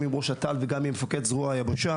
עם ראש אגף טכנולוגיה ולוגיסטיקה (אט"ל) ועם מפקד זרוע היבשה,